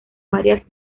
varias